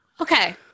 Okay